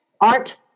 art